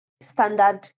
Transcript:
standard